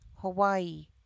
Hawaii